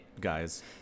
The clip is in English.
guys